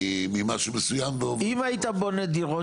ממשהו מסוים והופך --- אם היית בונה דירות